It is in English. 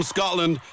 Scotland